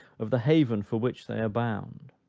of the haven, for which they are bound.